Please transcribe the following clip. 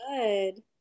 Good